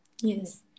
Yes